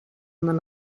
non